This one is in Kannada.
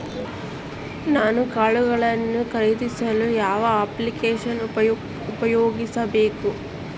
ನಾನು ಕಾಳುಗಳನ್ನು ಖರೇದಿಸಲು ಯಾವ ಅಪ್ಲಿಕೇಶನ್ ಉಪಯೋಗಿಸಬೇಕು?